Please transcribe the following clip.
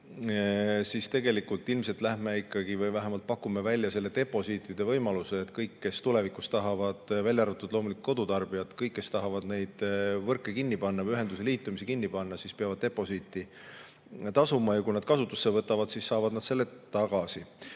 siis tegelikult ilmselt lähme ikkagi või vähemalt pakume välja deposiitide võimaluse, et kõik, välja arvatud loomulikult kodutarbijad, kes tulevikus tahavad neid võrke kinni panna või ühenduse liitumise kinni panna, peavad deposiiti tasuma. Kui nad jälle kasutusse võtavad, siis saavad nad selle tagasi.